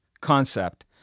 concept